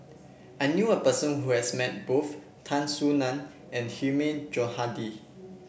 I knew a person who has met both Tan Soo Nan and Hilmi Johandi